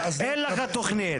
אין לך תכנית.